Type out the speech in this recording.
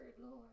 Lord